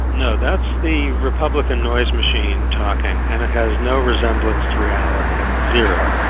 no, that's the republican noise machine talking, and it has no resemblance to reality. zero.